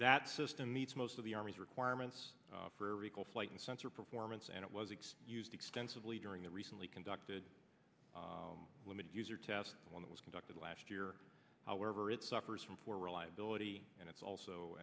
that system needs most of the army's requirements for equal flight and sensor performance and it was x used extensively during the recently conducted limited user test that was conducted last year however it suffers from poor reliability and it's also